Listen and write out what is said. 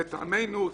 לטעמנו,